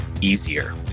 easier